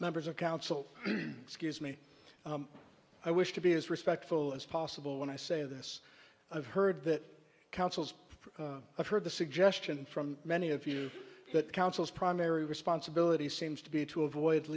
members of council excuse me i wish to be as respectful as possible when i say this i've heard that councils i've heard the suggestion from many of you that councils primary responsibility seems to be to avoid